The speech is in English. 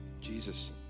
Jesus